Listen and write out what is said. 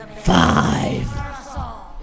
Five